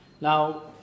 Now